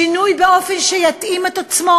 שינוי באופן שיתאים את עצמו